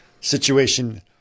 situation